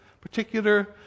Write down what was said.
particular